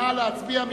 נא להצביע.